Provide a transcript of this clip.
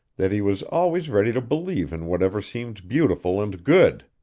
that he was always ready to believe in whatever seemed beautiful and good.